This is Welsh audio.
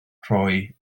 rhoi